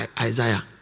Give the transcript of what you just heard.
Isaiah